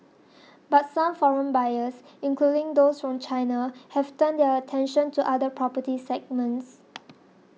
but some foreign buyers including those from China have turned their attention to other property segments